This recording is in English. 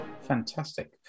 Fantastic